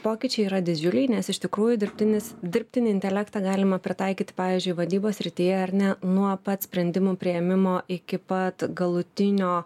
pokyčiai yra didžiuliai nes iš tikrųjų dirbtinis dirbtinį intelektą galima pritaikyt pavyzdžiui vadybos srityje ar ne nuo pat sprendimų priėmimo iki pat galutinio